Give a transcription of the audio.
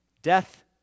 Death